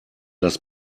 das